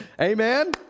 Amen